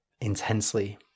intensely